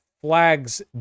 flags